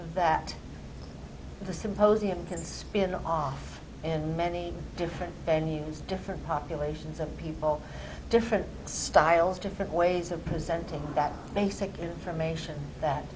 that the symposium can spin off and many different venues different populations of people different styles different ways of presenting that basic information that